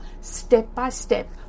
step-by-step